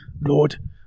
Lord